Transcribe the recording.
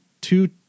two